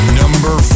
number